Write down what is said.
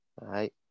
right